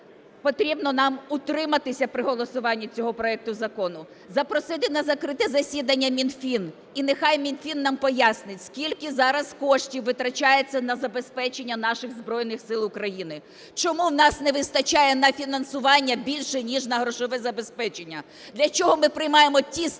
потрібно нам утриматися при голосуванні цього проекту закону. Запросити на закрите засідання Мінфін, і нехай Мінфін нам пояснить, скільки зараз коштів витрачається на забезпечення наших Збройних Сил України. Чому у нас не вистачає на фінансування більше, ніж на грошове забезпечення? Для чого ми приймаємо ті статті,